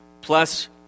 plus